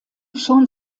schon